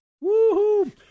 Woo-hoo